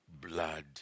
blood